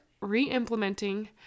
re-implementing